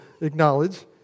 acknowledge